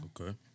Okay